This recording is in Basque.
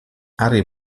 harri